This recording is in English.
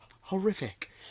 horrific